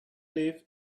live